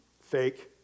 fake